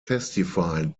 testified